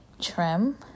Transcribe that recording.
trim